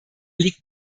liegt